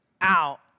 out